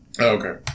Okay